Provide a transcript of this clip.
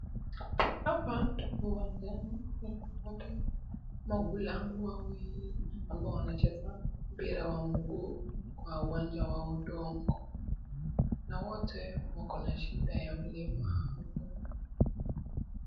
Hapa tunawaona maghulamu wawili ambao wanacheza mpira wa mguu kwa uwanja wa udongo na wote wako na shida ya ulemavu.